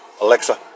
Alexa